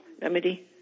remedy